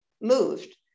moved